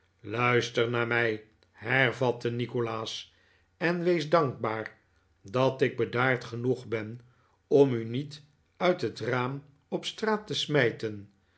luister naar mij hervatte nikolaas en wees dankbaar dat ik bedaard genoeg ben om u niet uit het raam op straat te smijten